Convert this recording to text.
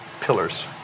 pillars